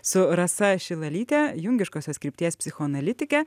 su rasa šilalyte jungiškosios krypties psichoanalitike